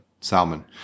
salmon